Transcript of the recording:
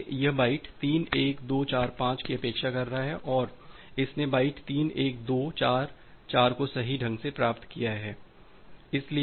इसलिए यह बाइट 3 1 2 4 5 की अपेक्षा कर रहा है और इसने बाइट 3 1 2 4 4 को सही ढंग से प्राप्त किया है